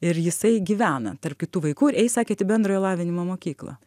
ir jisai gyvena tarp kitų vaikų ir eis sakėt į bendrojo lavinimo mokyklą